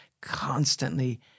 constantly